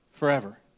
Forever